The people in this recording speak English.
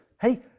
hey